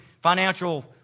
financial